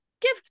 give